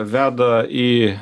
veda į